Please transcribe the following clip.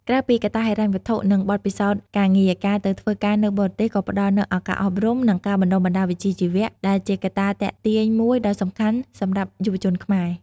ក្រៅពីកត្តាហិរញ្ញវត្ថុ និងបទពិសោធន៍ការងារ ការទៅធ្វើការនៅបរទេសក៏ផ្ដល់នូវឱកាសអប់រំ និងការបណ្ដុះបណ្ដាលវិជ្ជាជីវៈ ដែលជាកត្តាទាក់ទាញមួយដ៏សំខាន់សម្រាប់យុវជនខ្មែរ។